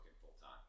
full-time